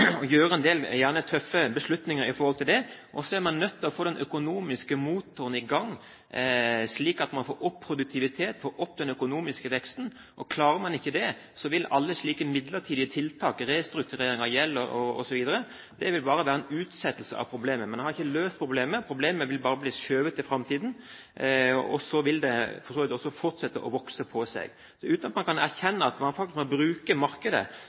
og ta en del, gjerne tøffe, beslutninger i forhold til det, og så er man nødt til å få den økonomiske motoren i gang, slik at man får opp produktivitet og den økonomiske veksten. Klarer man ikke det, vil alle slike midlertidige tiltak – restrukturering av gjeld, osv. – bare være en utsettelse av problemet, men man har ikke løst problemet. Problemet vil bare bli skjøvet inn i framtiden, og så vil det for så vidt også fortsette å vokse. Uten at man erkjenner at man faktisk må bruke markedet,